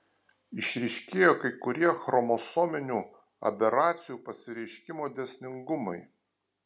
išryškėjo kai kurie chromosominių aberacijų pasireiškimo dėsningumai